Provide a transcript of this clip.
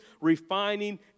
refining